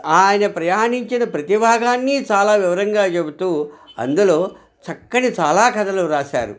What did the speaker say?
ఆయన ప్రయాణించిన ప్రతిభాగాన్ని చాలా వివరంగా చెబుతూ అందులో చక్కని చాలా కథలు రాశారు